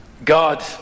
God